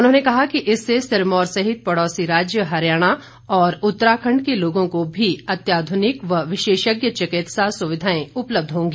उन्होंने कहा कि इससे सिरमौर सहित पड़ोसी राज्य हरियाणा और उत्तराखंड के लोगों को भी अत्याधुनिक व विशेषज्ञ चिकित्सा सुविधाएं उपलब्ध होगी